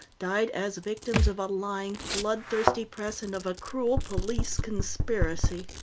died as victims of a lying, bloodthirsty press and of a cruel police conspiracy.